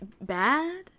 Bad